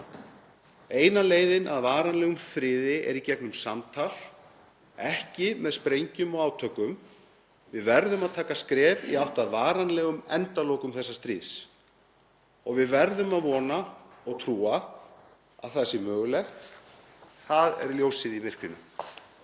Eina leiðin að varanlegum friði er í gegnum samtal, ekki með sprengjum og átökum. Við verðum að taka skref í átt að varanlegum endalokum þessa stríðs og við verðum að vona og trúa að það sé mögulegt. Það er ljósið í myrkrinu.